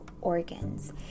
organs